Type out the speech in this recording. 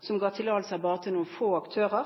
ga tillatelser til bare noen få aktører.